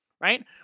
right